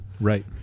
Right